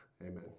amen